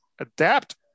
adapt